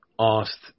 asked